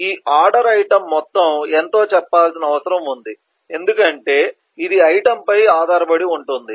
ఈ order item మొత్తం ఎంతో చెప్పాల్సిన అవసరం ఉంది ఎందుకంటే ఇది ఐటెమ్ పై ఆధారపడి ఉంటుంది